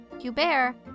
Hubert